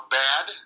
bad